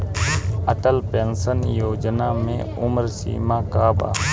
Atal pension Yojana मे उम्र सीमा का बा?